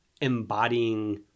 embodying